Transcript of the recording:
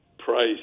price